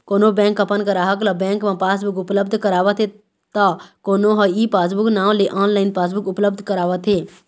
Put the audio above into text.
कोनो बेंक अपन गराहक ल बेंक म पासबुक उपलब्ध करावत त कोनो ह ई पासबूक नांव ले ऑनलाइन पासबुक उपलब्ध करावत हे